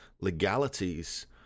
legalities